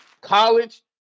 college